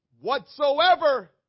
Whatsoever